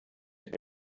wenn